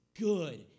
good